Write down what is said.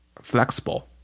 flexible